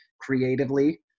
creatively